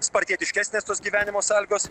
spartietiškesnės tos gyvenimo sąlygos